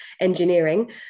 engineering